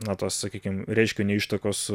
na sakykim reiškinio ištakos